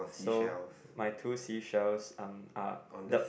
so my two seashells um are the